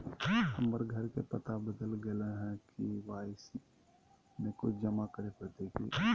हमर घर के पता बदल गेलई हई, के.वाई.सी में कुछ जमा करे पड़तई की?